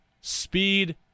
speed